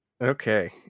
Okay